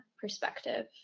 perspective